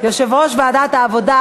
יושב-ראש ועדת העבודה,